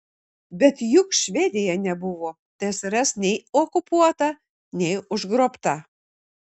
bet juk švedija nebuvo tsrs nei okupuota nei užgrobta